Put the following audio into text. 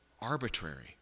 arbitrary